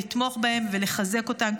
לתמוך בהם ולחזק אותם,